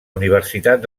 universitat